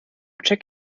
check